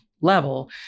level